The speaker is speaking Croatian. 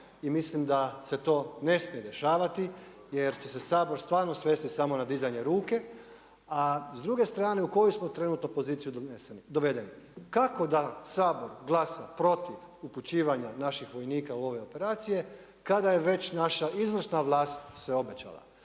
I mislim da se to ne smije dešavati, jer će se Sabor stvarno svesti samo na dizanje ruke. A s druge strane u koju smo trenutno poziciju dovedeni? Kako da Sabor glasa protiv uključivanja naših vojnika u ove operacije kada je već naša izvršna vlast sve obećala.